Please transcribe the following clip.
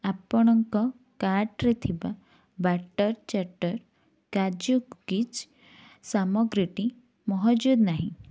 ଆପଣଙ୍କ କାର୍ଟ୍ରେ ଥିବା ବାଟ୍ଟର୍ ଚାଟ୍ଟର୍ କାଜୁ କୁକିଜ୍ ସାମଗ୍ରୀଟି ମହଜୁଦ ନାହିଁ